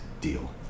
deal